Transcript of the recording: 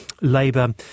Labour